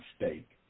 mistake